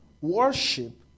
Worship